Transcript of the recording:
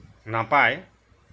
নাপায়